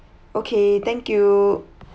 okay thank you